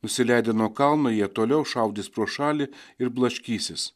nusileidę nuo kalno jie toliau šaudys pro šalį ir blaškysis